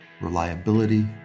reliability